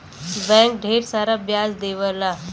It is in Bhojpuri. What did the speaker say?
बैंक ढेर ब्याज देवला